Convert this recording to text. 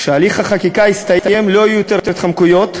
כשהליך החקיקה יסתיים לא יהיו יותר התחמקויות,